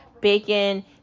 bacon